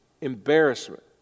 embarrassment